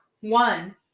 One